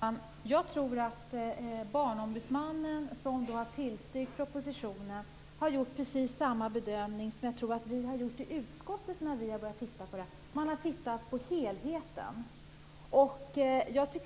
Fru talman! Jag tror att Barnombudsmannen, som har tillstyrkt propositionen, har gjort precis samma bedömning som vi har gjort i utskottet. Man har tittat på helheten. Den hearing